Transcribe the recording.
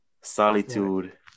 solitude